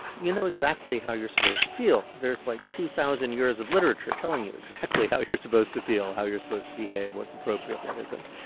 you know exactly how you're supposed to feel. there's, like, two thousand years of literature telling you exactly how you're supposed to feel, how you're supposed to behave, what's appropriate, what isn't.